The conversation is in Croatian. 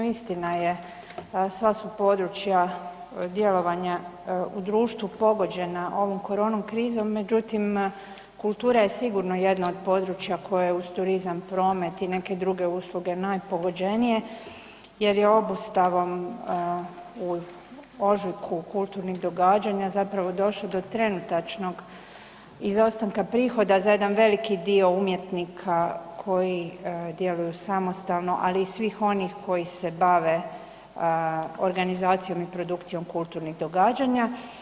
Istina je sva su područja djelovanja u društvu pogođena ovom koronom krizom, međutim kultura je sigurno jedna od područja koje uz turizam, promet i neke druge usluge najpogođenije jer je obustavom u ožujku kulturnih događanja zapravo došlo do trenutačnog izostanka prihoda za jedan veliki dio umjetnika koji djeluju samostalno, ali i svih onih koji se bave organizacijom i produkcijom kulturnih događanja.